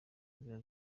nzira